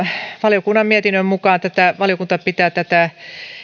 valiokunnan mietinnön mukaan valiokunta pitää tätä